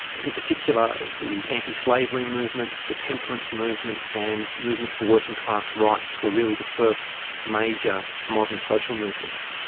in particular the antislavery movement, the temperance movement and movements for working class rights were really the first major modern social movements.